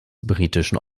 britischen